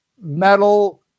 metal